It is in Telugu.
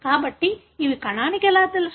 కాబట్టి ఇవి కణానికి ఎలా తెలుసు